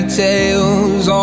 tales